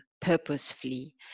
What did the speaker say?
purposefully